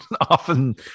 Often